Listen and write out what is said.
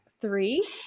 three